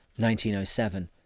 1907